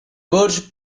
birch